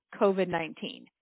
COVID-19